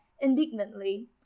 indignantly